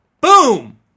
boom